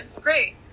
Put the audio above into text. Great